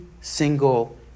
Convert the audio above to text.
single